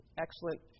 excellent